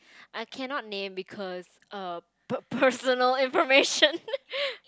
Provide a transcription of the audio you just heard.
I cannot name because um personal~ personal information